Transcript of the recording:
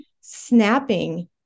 snapping